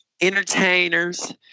entertainers